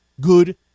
good